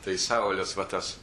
tai saulius va tas